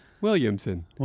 Williamson